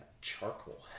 charcoal